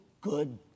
good